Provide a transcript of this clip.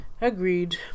Agreed